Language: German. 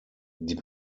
die